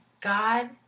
God